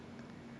!wah! like